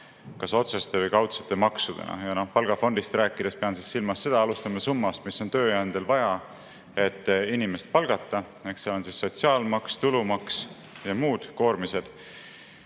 kas otseste või kaudsete maksudena. Palgafondist rääkides pean silmas seda. Alustame summast, mis on tööandjal vaja, et inimest palgata, eks. Need on sotsiaalmaks, tulumaks ja muud koormised.